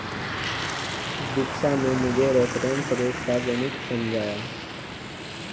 दीक्षा ने मुझे reference rate का गणित समझाया